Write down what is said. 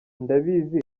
ndabizi